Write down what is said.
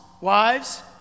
wives